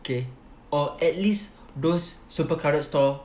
okay or at least those super crowded store